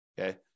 okay